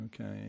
Okay